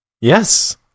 Yes